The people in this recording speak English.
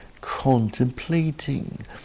contemplating